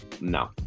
No